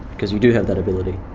because we do have that ability.